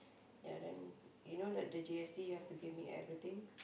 ya then you know that the G_S_T you have to give me everything